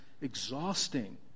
exhausting